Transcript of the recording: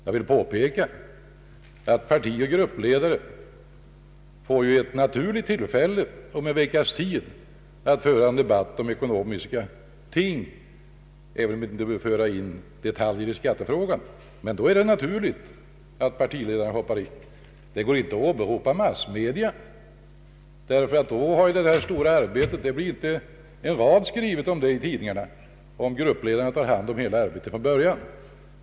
Jag vill påpeka att partioch gruppledare om en vecka får ett utomordentligt tillfälle att föra en debatt om ekonomiska ting, även om det inte gäller detaljer i skattefrågan. Då är det naturligt att partiledarna träder till. Det går inte att åberopa massmedia. Inte en rad blir skriven i tidningarna om det stora arbetet, om gruppledarna tar hand om det hela från början.